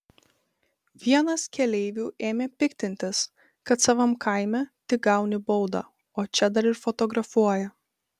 vienas keleivių ėmė piktintis kad savam kaime tik gauni baudą o čia dar ir fotografuoja